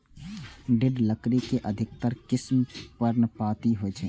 दृढ़ लकड़ी के अधिकतर किस्म पर्णपाती होइ छै